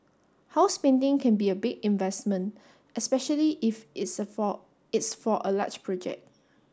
house painting can be a big investment especially if it's for it's for a large project